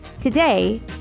Today